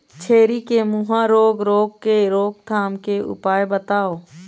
छेरी के मुहा रोग रोग के रोकथाम के उपाय बताव?